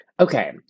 Okay